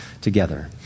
together